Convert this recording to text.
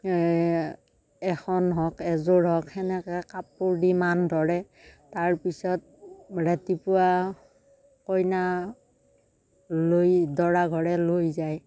এখন হওঁক এযোৰ হওঁক সেনেকে কাপোৰ দি মান ধৰে তাৰপিছত ৰাতিপুৱা কইনা লৈ দৰা ঘৰে লৈ যায়